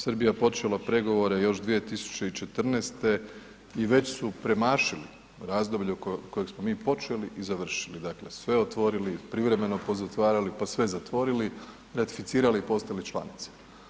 Srbija je počela pregovore još 2014. i već su premašili razdoblje kojeg smo mi počeli i završili, dakle sve otvorili, privremeno pozatvarali, pa sve zatvorili, ratificirali i postali članice.